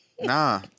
nah